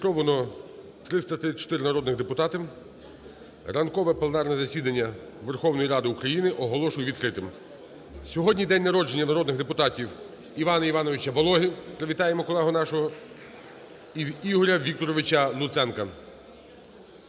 Зареєстровано 334 народних депутати. Ранкове пленарне засідання Верховної Ради України оголошую відкритим. Сьогодні день народження народних депутатів Івана Івановича Балоги. Привітаємо колегу нашого. (Оплески) І Ігоря Вікторовича Луценка.